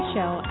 Show